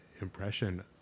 impression